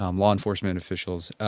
um law enforcement officials.